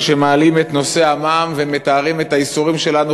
שמעלים את נושא המע"מ ומתארים את הייסורים שלנו,